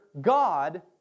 God